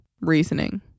reasoning